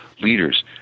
leaders